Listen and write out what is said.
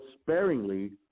sparingly